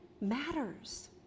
matters